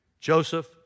Joseph